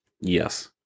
Yes